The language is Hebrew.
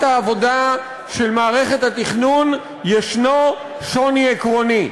העבודה של מערכת התכנון יש שוני עקרוני.